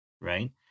right